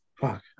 Fuck